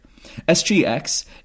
SGX